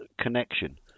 connection